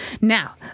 Now